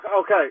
Okay